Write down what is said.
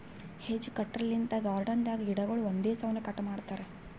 hedge cutter length garden ದಾಗ್ ಗಿಡಗೊಳ್ ಒಂದೇ ಸೌನ್ ಕಟ್ ಮಾಡ್ತಾರಾ